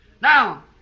Now